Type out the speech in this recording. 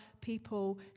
people